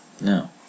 no